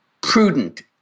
prudent